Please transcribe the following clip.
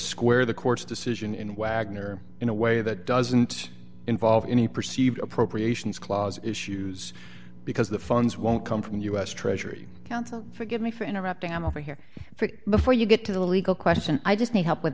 square the court's decision in wagner in a way that doesn't involve any perceived appropriations clause issues because the funds won't come from the us treasury counsel forgive me for interrupting i'm over here before you get to the legal question i just need help with